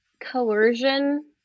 coercion